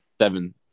Seven